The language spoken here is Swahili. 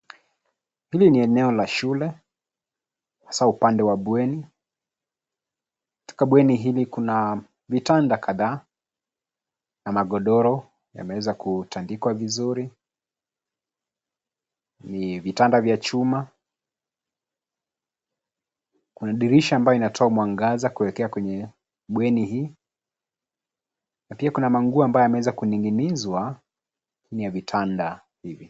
Hili ni eneo la shule, hasa upande wa bweni. Katika bweni hili kuna vitanda kadhaa na magodoro yameweza kutandikwa vizuri. Ni vitanda vya chuma. Kuna dirisha ambayo inatoa mwangaza kuelekea kwenye bweni hii na pia kuna manguo ambayo yameweza kuning'inizwa chini ya vitanda hivi.